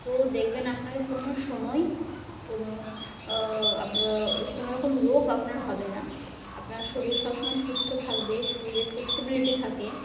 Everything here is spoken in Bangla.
তো দেখবেন আপনাকে কোনো সময় কোনো কোনোরকম রোগ আপনার হবে না আপনার শরীর সব সমময় সুস্থ থাকবে শরীরে ফ্লেক্সিবিলিটি থাকে